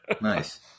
Nice